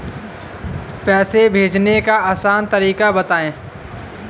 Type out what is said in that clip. पैसे भेजने का आसान तरीका बताए?